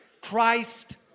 Christ